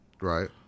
Right